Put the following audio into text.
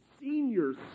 seniors